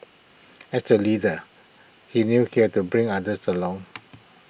as A leader he knew he had to bring others along